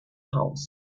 house